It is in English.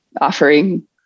offering